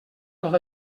tot